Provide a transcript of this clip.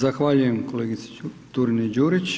Zahvaljujem kolegici Turini-Đurić.